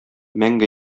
мәңге